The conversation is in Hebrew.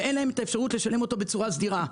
ואין להן אפשרות לשלם בצורה סדירה.